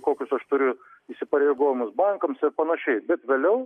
kokius aš turiu įsipareigojimus bankams ir panašiai bet vėliau